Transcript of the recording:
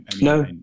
No